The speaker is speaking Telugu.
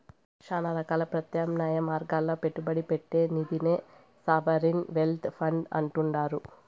శానా రకాల ప్రత్యామ్నాయ మార్గాల్ల పెట్టుబడి పెట్టే నిదినే సావరిన్ వెల్త్ ఫండ్ అంటుండారు